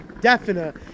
definite